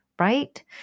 right